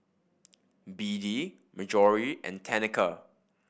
Beadie Marjory and Tenika